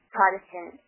Protestant